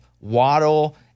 Waddle